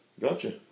Gotcha